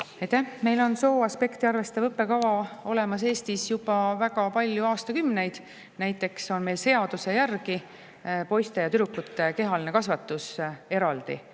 Meil on sooaspekti arvestav õppekava olemas Eestis juba väga palju aastakümneid. Näiteks on meil seaduse järgi poiste ja tüdrukute kehaline kasvatus eraldi